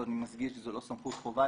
אני מדגיש שזו לא סמכות חובה,